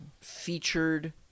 featured